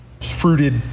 fruited